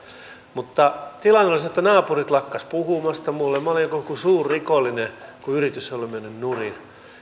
mutta tilanne oli se että naapurit lakkasivat puhumasta minulle minä olin kuin joku suurrikollinen kun yritys oli mennyt nurin